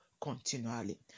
continually